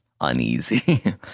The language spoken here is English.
uneasy